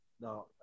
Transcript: no